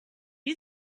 you